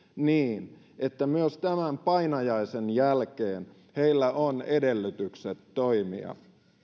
niin että myös tämän painajaisen jälkeen heillä on edellytykset toimia